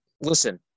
listen